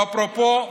ואפרופו,